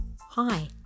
Hi